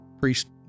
priest